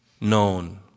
known